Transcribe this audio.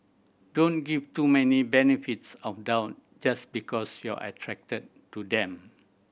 don't give too many benefits of doubt just because you're attracted to them